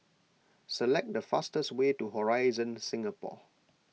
select the fastest way to Horizon Singapore